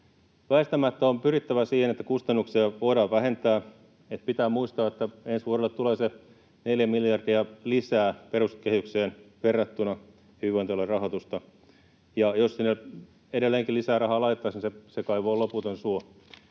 Väistämättä on pyrittävä siihen, että kustannuksia voidaan vähentää. Pitää muistaa, että ensi vuodelle tulee peruskehykseen verrattuna se neljä miljardia lisää hyvinvointialueen rahoitusta. Jos sinne edelleenkin lisää rahaa laitettaisiin, se kaivo on loputon suo,